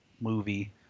movie